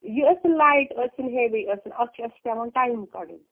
یہِ ٲسِن لایِٹ ٲسِن ہیٚوِی ٲسِن اَتھ چھِ اَسہِ پٮ۪وان ٹایِم کَڈُن